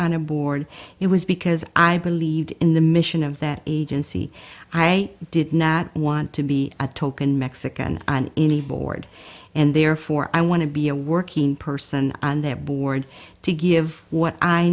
on a board it was because i believed in the mission of that agency i did not want to be a token mexican on any board and therefore i want to be a working person on their board to give what i